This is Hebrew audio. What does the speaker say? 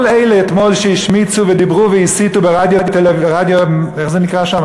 כל אלה שהשמיצו ודיברו והסיתו אתמול ברדיו תל-אביב איך זה נקרא שם,